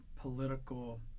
political